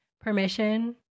permission